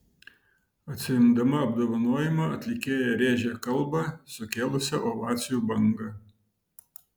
atsiimdama apdovanojimą atlikėja rėžė kalbą sukėlusią ovacijų bangą